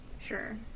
Sure